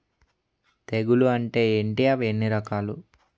తెగులు అంటే ఏంటి అవి ఎన్ని రకాలు?